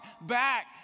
back